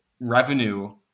revenue